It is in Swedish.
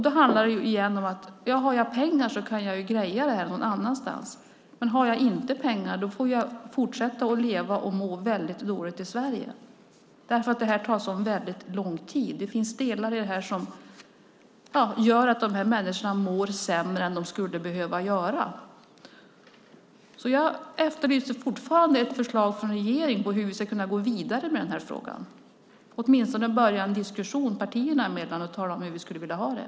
Då handlar det återigen om: Har jag pengar kan jag greja det här någon annanstans, men har jag inte pengar får jag fortsätta att leva och må väldigt dåligt i Sverige. Det tar så väldigt lång tid. Det finns delar i det här som gör att dessa människor mår sämre än de skulle behöva göra. Jag efterlyser fortfarande ett förslag från regeringen på hur vi ska kunna gå vidare med den här frågan. Vi kunde åtminstone börja en diskussion partierna emellan och tala om hur vi skulle vilja ha det.